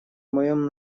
моем